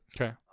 Okay